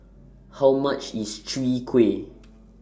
How much IS Chwee Kueh